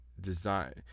design